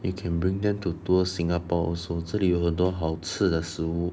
you can bring them to tour singapore also 这里有很多好吃的食物